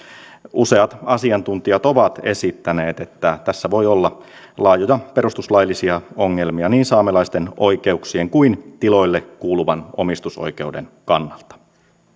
useat asiantuntijat ovat esittäneet että tässä voi olla laajoja perustuslaillisia ongelmia niin saamelaisten oikeuksien kuin myös tiloille kuuluvan omistusoikeuden kannalta